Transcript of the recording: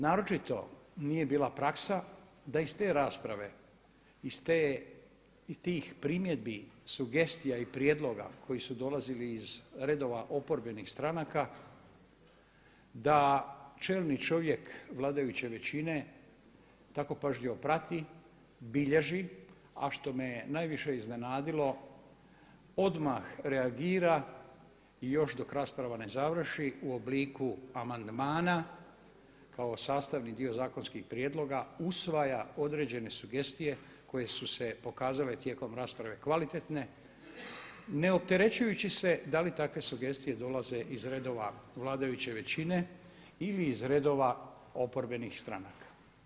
Naročito nije bila praksa da iz te rasprave, iz tih primjedbi, sugestija i prijedloga koji su dolazili iz redova oporbenih stranaka da čelni čovjek vladajuće većine tako pažljivo prati, bilježi a što me je najviše iznenadilo odmah reagira i još dok rasprava ne završi u obliku amandmana kao sastavni dio zakonskih prijedloga usvaja određene sugestije koje su se pokazale tijekom rasprave kvalitetne, neopterećujući se da li takve sugestije dolaze iz redova vladajuće većine ili iz redova oporbenih stranaka.